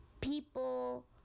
people